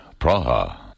Praha